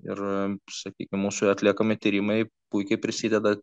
ir sakykime mūsų atliekami tyrimai puikiai prisideda